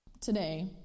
today